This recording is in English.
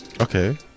Okay